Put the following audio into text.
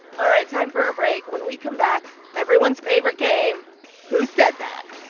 all right. time for a break when we come back, everyone's favorite game who said that?